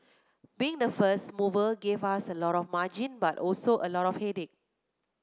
being the first mover gave us a lot of margin but also a lot of headache